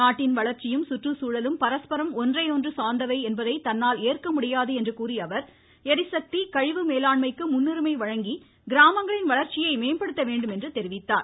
நாட்டின் வளர்ச்சியும் சுற்று சூழலும் பரஸ்பரம் ஒன்றையொன்று சார்ந்தவை என்பதை தன்னால் ஏற்க முடியாது என்று கூறிய அவர் ளிசக்தி கழிவு மேலாண்மைக்கு முன்னுயிமை வழங்கி கிராமங்களின் வளர்ச்சியை மேம்படுத்த வேண்டும் என்று சுட்டிக்காட்டினார்